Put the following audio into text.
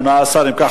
18. אם כך,